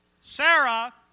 Sarah